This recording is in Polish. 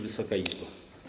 Wysoka Izbo!